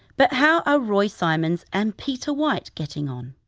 but how are roy symons and peter white getting on?